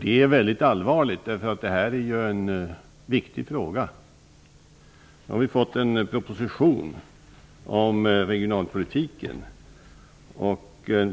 Det är mycket allvarligt, eftersom detta är en viktig fråga. Regeringen har lagt fram en proposition om regionalpolitiken.